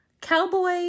Cowboy